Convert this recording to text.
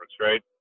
right